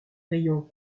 rayons